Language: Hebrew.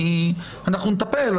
אנחנו נטפל,